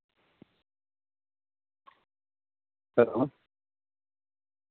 hello